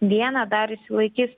dieną dar išsilaikys